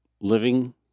living